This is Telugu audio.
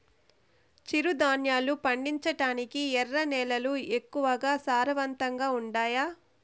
చిరుధాన్యాలు పండించటానికి ఎర్ర నేలలు ఎక్కువగా సారవంతంగా ఉండాయా